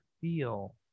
feel